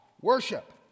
worship